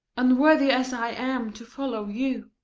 unworthy as i am, to follow you.